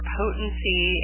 potency